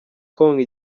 konka